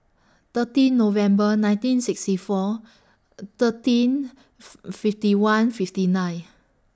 thirteen November nineteen sixty four thirteen fifty one fifty nine